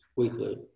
Weekly